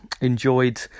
enjoyed